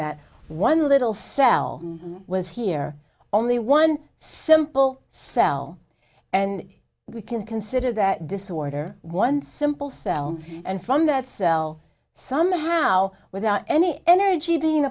that one little cell was here only one simple cell and we can consider that disorder one simple thel and from that cell somehow without any energy being